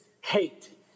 hate